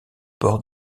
ports